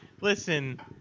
Listen